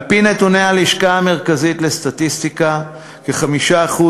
על-פי נתוני הלשכה המרכזית לסטטיסטיקה כ-5%